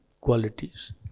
qualities